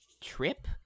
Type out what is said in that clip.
trip